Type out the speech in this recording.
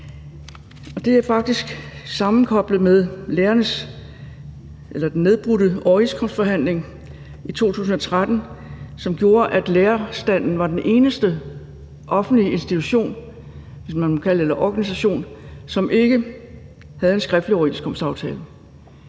det er faktisk sammenkoblet med den nedbrudte overenskomstforhandling i 2013, som gjorde, at lærerstanden var den eneste offentlige institution – hvis man